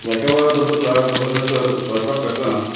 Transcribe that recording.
स्वयंपाकाबद्दल जर झा बोलायचं झालं तर स्वयंपाक करताना